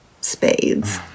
spades